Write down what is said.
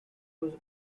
was